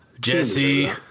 Jesse